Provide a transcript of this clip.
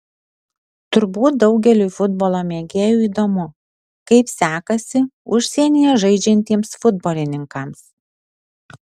turbūt daugeliui futbolo mėgėjų įdomu kaip sekasi užsienyje žaidžiantiems futbolininkams